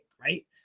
Right